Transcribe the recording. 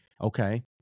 okay